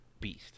beast